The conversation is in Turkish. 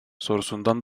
sorusundan